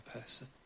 person